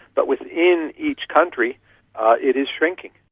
but within each country it is shrinking.